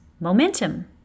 momentum